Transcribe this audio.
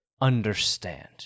understand